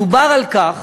דובר על כך